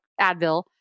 Advil